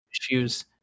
issues